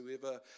whoever